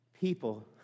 people